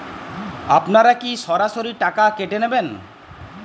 আপনারা কি সরাসরি টাকা কেটে নেবেন?